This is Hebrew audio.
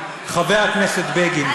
חבר הכנסת בגין.